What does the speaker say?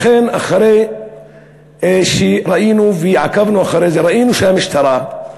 אחרי שראינו ועקבנו אחרי זה, ראינו שהמשטרה,